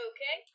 Okay